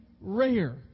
rare